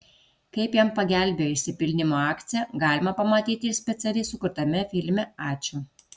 kaip jam pagelbėjo išsipildymo akcija galima pamatyti ir specialiai sukurtame filme ačiū